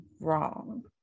wrong